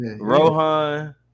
Rohan